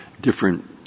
different